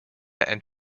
and